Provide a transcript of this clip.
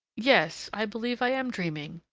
yes, i believe i am dreaming,